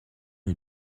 est